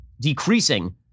decreasing